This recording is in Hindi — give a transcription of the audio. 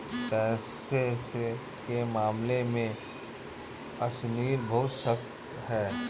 पैसे के मामले में अशनीर बहुत सख्त है